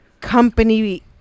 company